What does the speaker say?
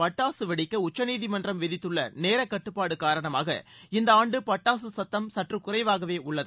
பட்டாசு வெடிக்க உச்சநீதிமன்றம் விதித்துள்ள நேர கட்டுப்பாடு காரணமாக இந்த ஆண்டு பட்டாசு சத்தம் சற்று குறைவாகவே உள்ளது